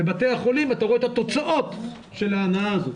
בבתי החולים אתה רואה את התוצאות של ההנעה הזאת.